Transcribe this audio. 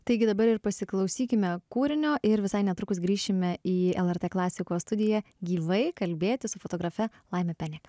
taigi dabar ir pasiklausykime kūrinio ir visai netrukus grįšime į lrt klasikos studiją gyvai kalbėtis su fotografe laime penek